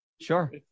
Sure